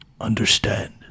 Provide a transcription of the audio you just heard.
understand